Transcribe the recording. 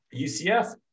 UCF